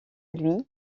lui